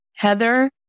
Heather